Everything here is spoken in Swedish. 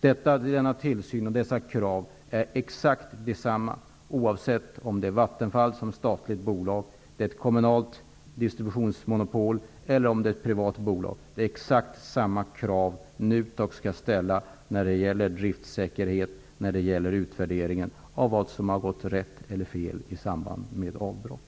Denna tillsyn och dessa krav är exakt desamma, oavsett om det gäller Vattenfall såsom statligt bolag, ett kommunalt distributionsmonopol eller ett privat bolag. NUTEK skall ställa exakt samma krav på driftsäkerheten och på utvärderingen av vad som har gått rätt eller fel i samband med ett avbrott.